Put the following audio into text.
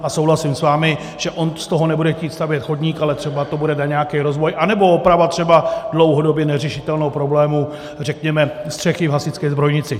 A souhlasím s vámi, že on z toho nebude chtít stavět chodník, ale třeba to bude na nějaký rozvoj nebo opravu třeba dlouhodobě neřešitelného problému, řekněme střechy v hasičské zbrojnici.